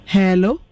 Hello